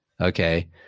okay